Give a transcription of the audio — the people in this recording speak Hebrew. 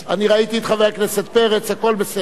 אני ראיתי את חבר הכנסת פרץ, הכול בסדר.